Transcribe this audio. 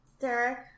Derek